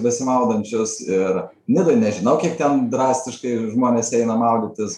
besimaudančius ir nidoj nežinau kiek ten drastiškai žmonės eina maudytis